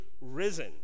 risen